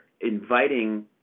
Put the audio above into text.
inviting